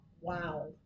wow